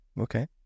Okay